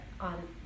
on